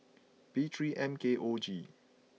P three M K O G